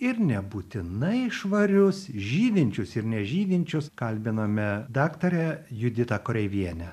ir nebūtinai švarius žydinčius ir nežydinčius kalbiname daktarę juditą koreivienę